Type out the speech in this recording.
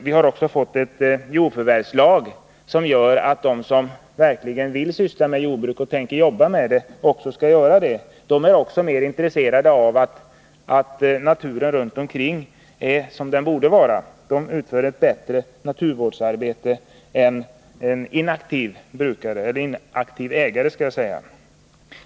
Vi har också fått en jordförvärvslag, som går ut på att de som verkligen vill syssla med jordbruk och tänker jobba med det också skall få göra det. De är också mer intresserade av att naturen runt omkring är som den borde vara, och de utför därför ett bättre naturvårdsarbete än inaktiva ägare.